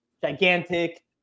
Gigantic